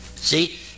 See